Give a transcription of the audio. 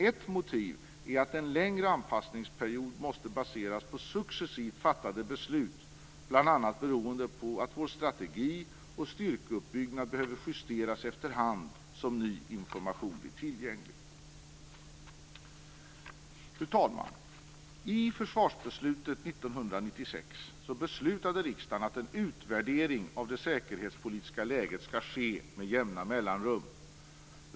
Ett motiv är att en längre anpassningsperiod måste baseras på successivt fattade beslut bl.a. beroende på att vår strategi och styrkeuppbyggnad behöver justeras efter hand som ny information blir tillgänglig. Fru talman! I försvarsbeslutet 1996 beslutade riksdagen att en utvärdering av det säkerhetspolitiska läget skall ske med jämna mellanrum.